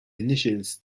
initials